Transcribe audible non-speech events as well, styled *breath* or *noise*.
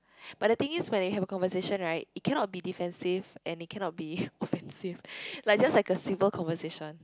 *breath* but the thing is when they have a conversation [right] it cannot be defensive and it cannot be *breath* offensive *breath* like just like a civil conversation